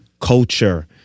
culture